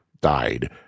died